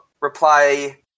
reply